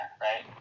right